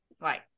right